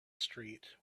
street